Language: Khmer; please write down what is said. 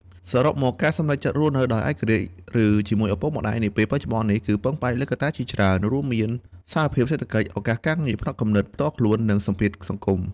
សរុបមក ការសម្រេចចិត្តរស់នៅដោយឯករាជ្យ ឬជាមួយឪពុកម្តាយនាពេលបច្ចុប្បន្ននេះ គឺពឹងផ្អែកលើកត្តាជាច្រើន រួមមានស្ថានភាពសេដ្ឋកិច្ច ឱកាសការងារ ផ្នត់គំនិតផ្ទាល់ខ្លួន និងសម្ពាធសង្គម។